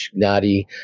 Nadi